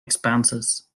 expenses